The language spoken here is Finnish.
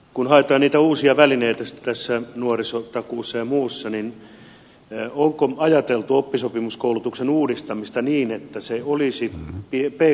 kun haetaan niitä uusia välineitä tässä nuorisotakuussa ja muussa niin onko ajateltu oppisopimuskoulutuksen uudistamista niin että se olisi pk sektorille mahdollisempi